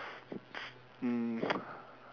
s~ um